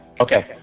okay